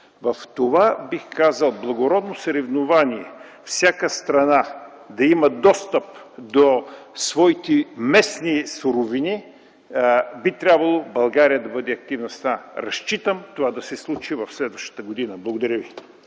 В това бих казал благородно съревнование всяка страна да има достъп до своите местни суровини, би трябвало България да бъде активна страна. Разчитам това да се случи в следващата година. Благодаря ви.